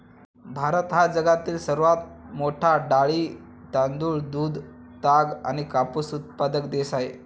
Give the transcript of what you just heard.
भारत हा जगातील सर्वात मोठा डाळी, तांदूळ, दूध, ताग आणि कापूस उत्पादक देश आहे